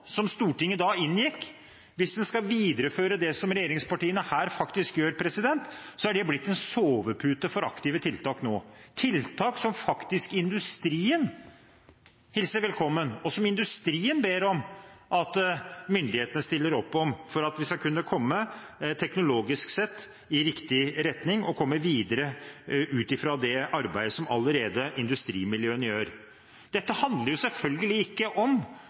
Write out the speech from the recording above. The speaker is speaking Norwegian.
som Stortinget da inngikk, hvis en skal videreføre det som regjeringspartiene her gjør, er blitt en sovepute for aktive tiltak nå, tiltak som industrien hilser velkommen, og som industrien ber om at myndighetene støtter opp om, for at vi teknologisk sett skal kunne komme i riktig retning og komme videre ut fra det arbeidet som industrimiljøene allerede gjør. Dette handler selvfølgelig ikke om